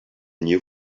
new